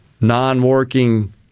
non-working